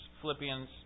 Philippians